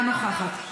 אינה נוכחת.